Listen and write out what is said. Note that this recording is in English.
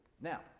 Now